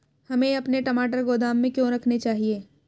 हमें अपने टमाटर गोदाम में क्यों रखने चाहिए?